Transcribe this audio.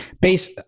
base